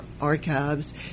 Archives